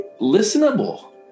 listenable